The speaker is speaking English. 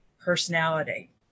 personality